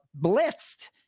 blitzed